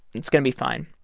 it's going to be fine.